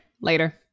later